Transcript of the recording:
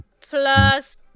plus